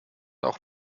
auch